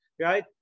right